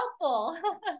helpful